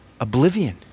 oblivion